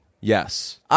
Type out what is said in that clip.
Yes